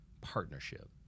partnership